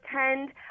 attend